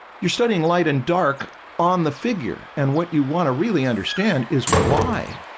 you're studying light and dark on the figure and what you want to really understand is why?